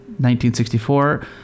1964